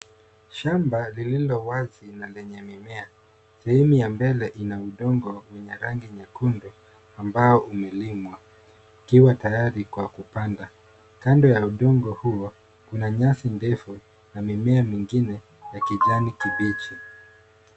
Shamba lililo wazi na lenye mimea. Sehemu ya mbele in udongo wenye rangi nyekundu amabyo imelimwa. Kando ya udongo huo, kuna nyasi ndefu na mimea mingine na kijani kibichi.